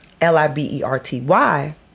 L-I-B-E-R-T-Y